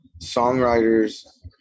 songwriter's